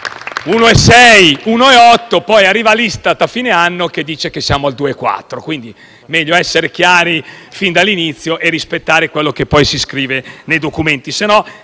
che 1,8; poi arriva l'ISTAT a fine anno e dice che siamo al 2,4. Meglio, quindi, essere chiari fin dall'inizio e rispettare quello che si scrive nei documenti,